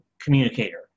communicator